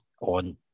on